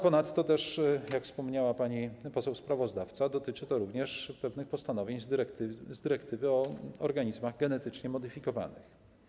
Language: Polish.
Ponadto, jak wspomniała pani poseł sprawozdawca, dotyczy to również pewnych postanowień z dyrektywy o organizmach genetycznie zmodyfikowanych.